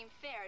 fair